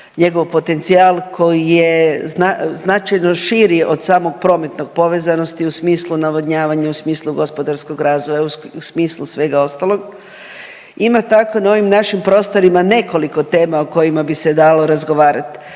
njegov potencijal koji je značajno širi od samog prometnog povezanosti u smislu navodnjavanja, u smislu gospodarskog razvoja, u smislu svega ostalog. Ima tako na ovim našim prostorima nekoliko tema o kojima bi se dalo razgovarat.